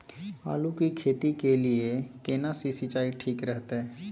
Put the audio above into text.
आलू की खेती के लिये केना सी सिंचाई ठीक रहतै?